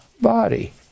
body